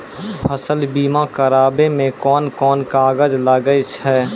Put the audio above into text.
फसल बीमा कराबै मे कौन कोन कागज लागै छै?